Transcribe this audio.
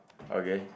okay